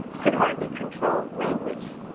could hardly control language,